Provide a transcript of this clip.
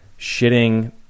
shitting